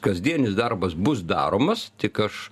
kasdienis darbas bus daromas tik aš